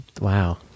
Wow